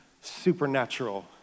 supernatural